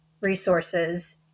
resources